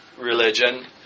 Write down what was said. religion